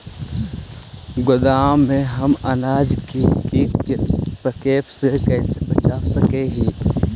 गोदाम में हम अनाज के किट के प्रकोप से कैसे बचा सक हिय?